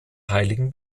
heiligen